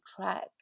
track